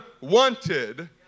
wanted